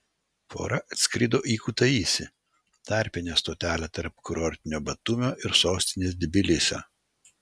pora atskrido į kutaisį tarpinę stotelę tarp kurortinio batumio ir sostinės tbilisio